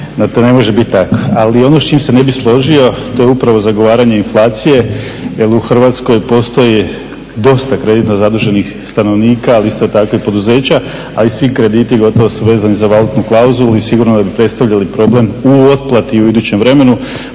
ne može biti tako. Ali oni s čim se ne bih složio to je upravo zagovaranje inflacije jer u Hrvatskoj postoji dosta kreditno zaduženih stanovnika ali isto tako i poduzeća, a i svi krediti su gotovo vezani za valutnu klauzulu i sigurno bi predstavljali problem u otplati u idućem vremenu.